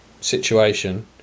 situation